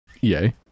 Yay